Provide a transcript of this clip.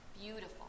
Beautiful